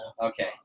Okay